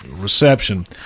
Reception